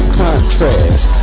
contrast